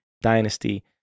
dynasty